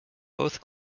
both